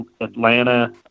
Atlanta